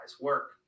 work